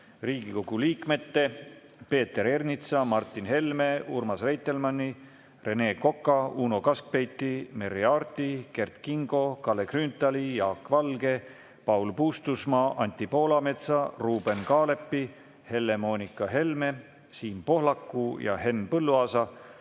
Riigikogu liikmete Peeter Ernitsa, Martin Helme, Urmas Reitelmanni, Rene Koka, Uno Kaskpeiti, Merry Aarti, Kert Kingo, Kalle Grünthali, Jaak Valge, Paul Puustusmaa, Anti Poolametsa, Ruuben Kaalepi, Helle-Moonika Helme, Siim Pohlaku ja Henn Põlluaasa